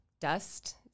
Dust